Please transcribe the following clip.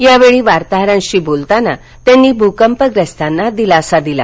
यावेळी वार्ताहरांशी बोलताना त्यांनी भूकंपग्रस्ताना दिलासा दिला